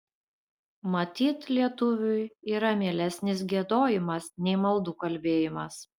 matyt lietuviui yra mielesnis giedojimas nei maldų kalbėjimas